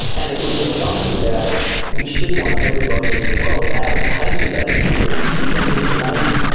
and if we are really honest about it we should want everybody in the world to have a taste of that experience because it is amazing.